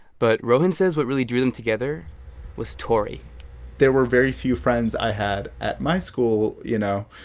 but rohin says what really drew them together was tori there were very few friends i had at my school, you know,